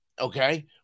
Okay